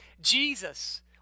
Jesus